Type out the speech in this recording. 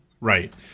Right